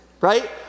Right